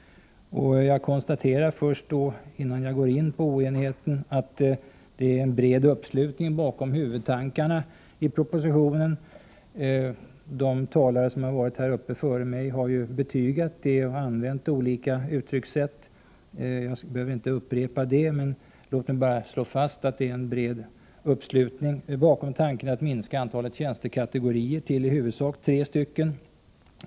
Jag konstaterar först innan jag går in på oenigheten, att det är bred uppslutning bakom huvudtankarna i propositionen. De talare som varit uppe före mig har betygat det och använt olika uttryckssätt. Jag behöver inte upprepa dem. Låt mig bara slå fast att det är en bred uppslutning bakom tanken att minska antalet tjänstekategorier till i huvudsak tre stycken.